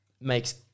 makes